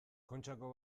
kontxako